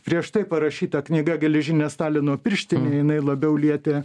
prieš tai parašyta knyga geležinė stalino pirštinė jinai labiau lietė